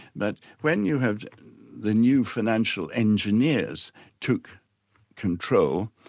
that when you have the new financial engineers took control,